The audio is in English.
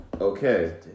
Okay